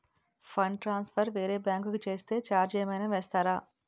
Fund transfer వేరే bank కి చేస్తే ఛార్జ్ ఏమైనా వేస్తారా?